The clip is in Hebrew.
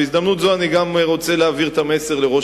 בהזדמנות זאת אני רוצה להעביר את המסר לראש